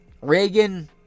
Reagan